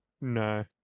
no